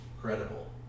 credible